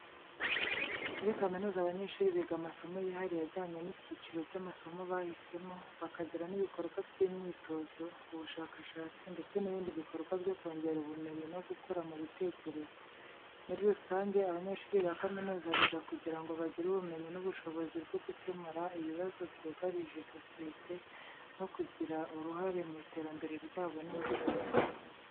Muri kaminuza, abanyeshuri biga amasomo yihariye ajyanye n'icyiciro cy'amasomo bahisemo, bakagira n'ibikorwa by'imyitozo, ubushakashatsi, ndetse n'ibindi bikorwa byo kongera ubumenyi no gukura mu bitekerezo. Muri rusange, abanyeshuri ba kaminuza biga kugira ngo bagire ubumenyi n'ubushobozi bwo gukemura ibibazo byugarije sosiyete no kugira uruhare mu iterambere ryabo n'igihugu.